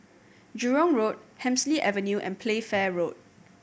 Jurong Road Hemsley Avenue and Playfair Road